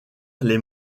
les